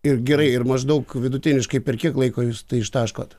ir gerai ir maždaug vidutiniškai per kiek laiko jūs tai ištaškot